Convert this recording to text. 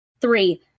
three